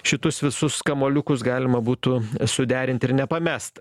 šitus visus kamuoliukus galima būtų suderint ir nepamest